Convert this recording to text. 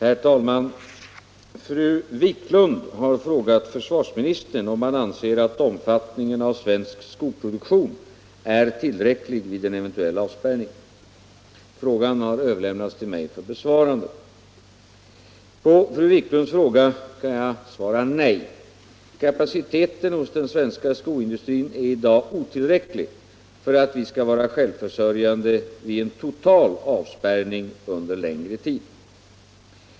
13, och anförde: Herr talman! Fru Wiklund har frågat försvarsministern om han anser — Om den svenska att omfattningen av svensk skoproduktion är tillräcklig vid en eventuell skoproduktionen avspärrning. Frågan har överlämnats till mig för besvarande. Om åtgärder för att På fru Wiklunds fråga kan jag svara nej. Kapaciteten hos den svenska = trygga svensk skoindustrin är i dag otillräcklig för att vi skall vara självförsörjande = tekoindustri vid en total avspärrning under längre tid.